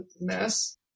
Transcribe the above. mess